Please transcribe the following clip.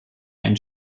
ein